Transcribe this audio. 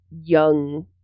young